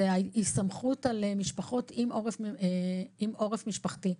זה ההסתמכות על משפחות עם עורף משפחתי.